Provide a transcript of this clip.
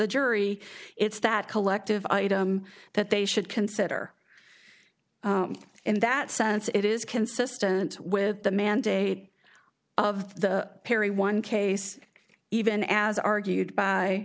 jury it's that collective item that they should consider in that sense it is consistent with the mandate of the perry one case even as argued by